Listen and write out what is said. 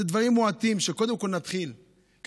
אלה דברים מועטים שקודם כול נתחיל בהם